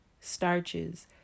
Starches